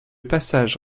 passage